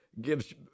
gives